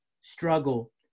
struggle